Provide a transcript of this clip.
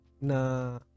na